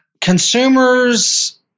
consumers